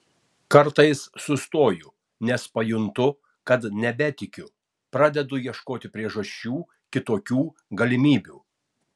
kartais sustoju nes pajuntu kad nebetikiu pradedu ieškoti priežasčių kitokių galimybių